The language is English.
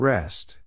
Rest